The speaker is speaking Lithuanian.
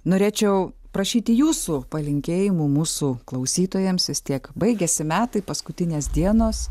norėčiau prašyti jūsų palinkėjimų mūsų klausytojams vis tiek baigiasi metai paskutinės dienos